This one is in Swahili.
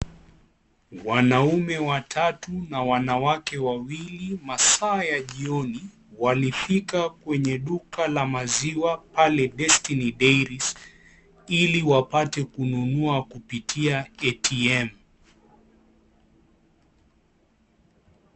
Wanaume watatu na wanawake wawili masaa ya jioni walifika kwenye duka la maziwa pale destiny dairies ili wapate kununua kupitia ATM .